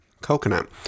coconut